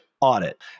audit